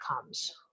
comes